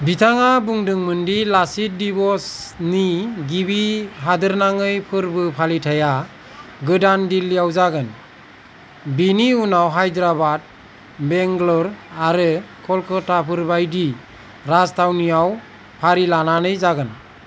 बिथाङा बुदोंमोनदि लाच्छित दिव'सनि गिबि हादोरनाङै फोरबो फालिथाया गोदान दिल्लिआव जागोन बिनि उनाव हायद्राबाद बेंगलर आरो कलकाताफोरबादि राजथावनिआव फारि लानानै जागोन